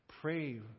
Pray